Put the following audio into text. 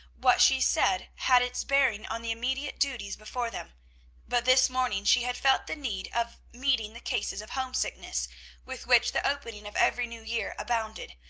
what she said had its bearing on the immediate duties before them but this morning she had felt the need of meeting the cases of homesickness with which the opening of every new year abounded,